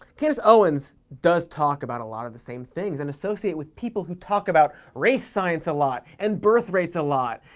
candace owens does talk about a lot of the same things, and associate with people who talk about race science a lot, and birth rates a lot,